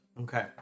Okay